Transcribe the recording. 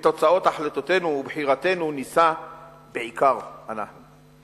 בתוצאות החלטותינו ובחירתנו נישא בעיקר אנחנו.